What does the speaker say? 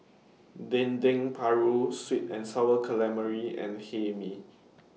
Dendeng Paru Sweet and Sour Calamari and Hae Mee